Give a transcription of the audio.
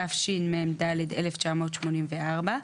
התשמ"ד-1984,